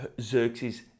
Xerxes